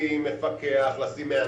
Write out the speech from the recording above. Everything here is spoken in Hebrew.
לשים מפקח, לשים מהנדס,